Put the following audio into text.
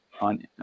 on